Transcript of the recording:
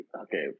Okay